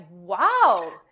wow